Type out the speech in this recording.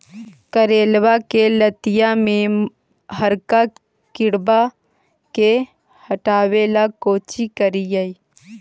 करेलबा के लतिया में हरका किड़बा के हटाबेला कोची करिए?